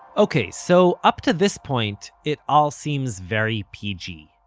ok, so up to this point it all seems very pg.